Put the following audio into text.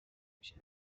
میشه